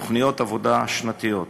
ותוכניות עבודה שנתיות,